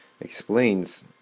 explains